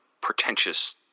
pretentious